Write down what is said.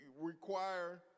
require